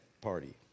party